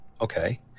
Okay